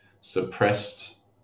suppressed